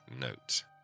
note